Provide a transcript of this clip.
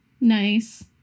Nice